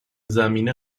زمینه